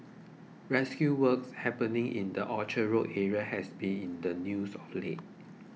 rescue work happening in the Orchard Road area has been in the news of late